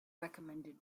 recommended